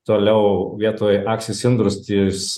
toliau vietoj access industries